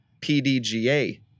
PDGA